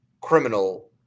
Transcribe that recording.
criminal